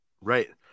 Right